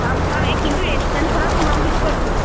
খাম খাম এই কিন্তু ৰেষ্টুৰেণ্টখনত সোমাম সেইটো কৈছোঁ